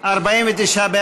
מס' 62), התשע"ח 2017, נתקבל.